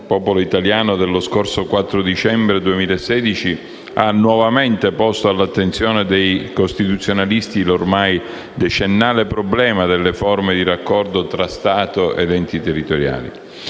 del popolo italiano dello scorso 4 dicembre 2016 ha nuovamente posto all'attenzione dei costituzionalisti l'ormai decennale problema delle forme di raccordo fra Stato ed enti territoriali.